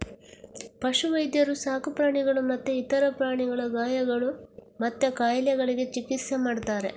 ಪಶು ವೈದ್ಯರು ಸಾಕು ಪ್ರಾಣಿಗಳು ಮತ್ತೆ ಇತರ ಪ್ರಾಣಿಗಳ ಗಾಯಗಳು ಮತ್ತೆ ಕಾಯಿಲೆಗಳಿಗೆ ಚಿಕಿತ್ಸೆ ಮಾಡ್ತಾರೆ